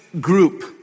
group